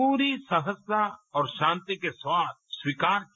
पूरी सहजता और शांति के साथ स्वीकार किया